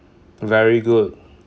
very good